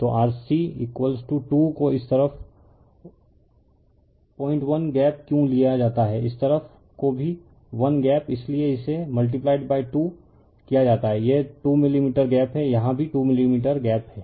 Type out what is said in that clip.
तो R C2 को इस तरफ 1 गैप क्यों लिया जाता है इस तरफ को भी 1 गैप इसीलिए इसे मल्टीप्लाईड बाय 2किया जाता है यह 2मिलीमीटर गैप है यहाँ भी 2 मिलीमीटर गैप हैं